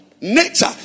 Nature